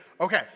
Okay